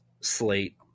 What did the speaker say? slate